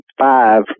five